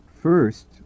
First